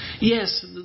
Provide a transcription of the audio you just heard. Yes